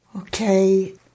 Okay